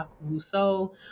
Rousseau